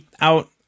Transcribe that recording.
out